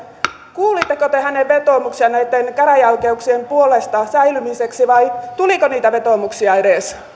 kuulitteko te hänen vetoomuksiaan näitten käräjäoikeuksien säilymiseksi vai tuliko niitä vetoomuksia edes